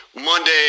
Monday